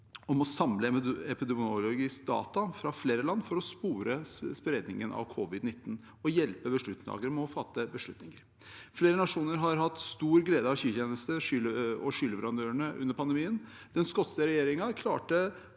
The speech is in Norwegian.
om å samle epidemiologiske data fra flere land for å spore spredningen av covid-19 og hjelpe beslutningstakere med å fatte beslutninger. Flere nasjoner har hatt stor glede av skytjenester og skyleverandører under pandemien. Den skotske regjeringen klarte